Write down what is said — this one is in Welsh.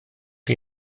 chi